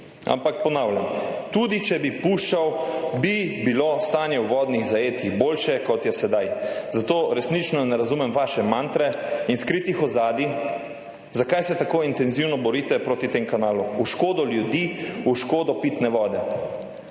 Ampak ponavljam, tudi če bi puščal, bi bilo stanje v vodnih zajetjih boljše kot je sedaj, zato resnično ne razumem vaše mantre in skritih ozadij, zakaj se tako intenzivno borite proti tem kanalu v škodo ljudi, v škodo pitne vode.